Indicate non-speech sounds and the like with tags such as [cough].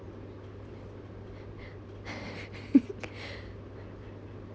[laughs]